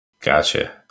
Gotcha